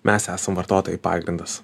mes esam vartotojai pagrindas